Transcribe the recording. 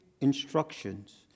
instructions